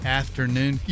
afternoon